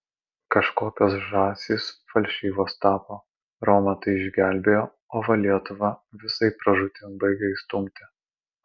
kažkokios žąsys falšyvos tapo romą tai išgelbėjo o va lietuvą visai pražūtin baigia įstumti